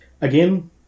Again